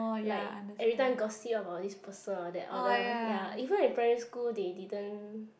like every time gossip about this person all that or that other ya even in primary school they didn't